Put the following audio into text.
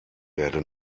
werde